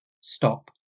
stop